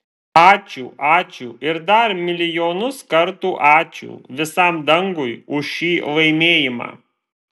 ačiū ačiū ir dar milijonus kartų ačiū visam dangui už šį laimėjimą